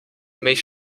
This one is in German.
milch